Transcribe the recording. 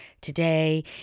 today